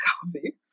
coffee